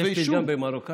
יש פתגם במרוקאית,